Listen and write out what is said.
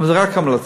זה רק המלצה,